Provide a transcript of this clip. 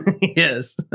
Yes